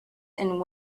and